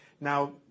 Now